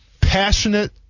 passionate